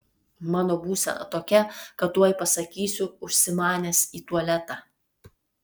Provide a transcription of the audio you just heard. mano būsena tokia kad tuoj pasakysiu užsimanęs į tualetą